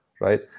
right